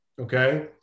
Okay